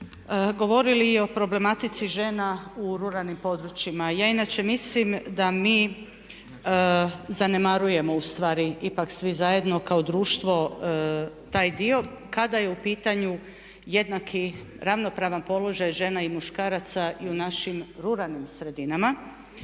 govorili o problematici žena u ruralnim područjima. Ja inače mislim da mi zanemarujemo ustvari ipak svi zajedno kao društvo taj dio kada je u pitanju jednaki ravnopravan položaj žena i muškaraca i u našim ruralnim sredinama.